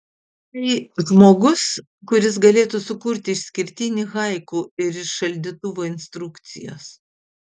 tai žmogus kuris galėtų sukurti išskirtinį haiku ir iš šaldytuvo instrukcijos